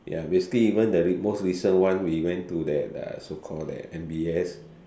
ya basically even the re~ most recent one we went to that uh so called that M_B_S